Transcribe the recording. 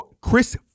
Chris